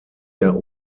der